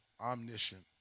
omniscient